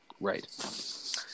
Right